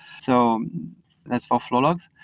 so that's for flow logs.